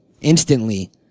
instantly